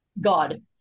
god